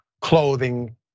clothing